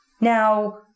Now